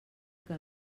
que